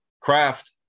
craft